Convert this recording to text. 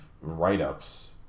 write-ups